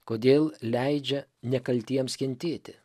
kodėl leidžia nekaltiems kentėti